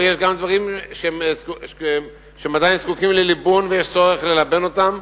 אבל יש דברים שעדיין זקוקים לליבון ויש צורך ללבן אותם,